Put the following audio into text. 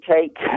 take